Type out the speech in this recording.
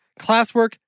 classwork